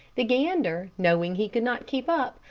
the gander, knowing he could not keep up,